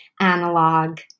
analog